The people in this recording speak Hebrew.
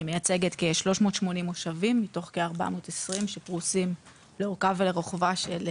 היא מייצגת כ-380 מושבים מתוך כ-420 שפרוסים לאורכה ולרוחבה של ישראל.